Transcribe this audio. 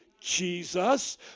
Jesus